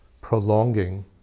prolonging